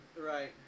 right